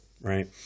right